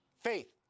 Faith